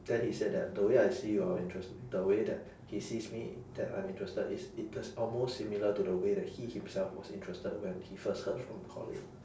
then he said that the way I see your interest the way that he sees me that I'm interested is it is almost similar to the way he himself was interested when he first heard from colin